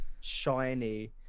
shiny